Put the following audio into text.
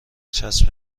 چسب